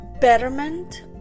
betterment